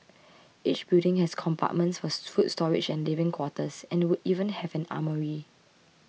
each building has compartments for food storage and living quarters and would even have an armoury